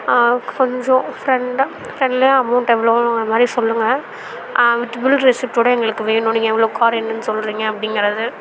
கொஞ்சம் ஃப்ரண்டாக ஃப்ரெண்ட்லியாக அமௌண்ட் எவ்வளோங்குற மாதிரி சொல்லுங்கள் வித்து ஃபுல் ரெசிப்ட்டோட எங்களுக்கு வேணும் நீங்கள் எவ்வளோ கார் என்னென்னு சொல்லுறீங்க அப்படிங்கறது